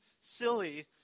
silly